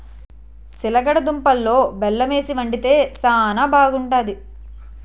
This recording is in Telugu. సిలగడ దుంపలలో బెల్లమేసి వండితే శానా బాగుంటాది